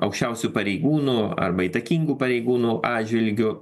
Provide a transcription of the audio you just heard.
aukščiausių pareigūnų arba įtakingų pareigūnų atžvilgiu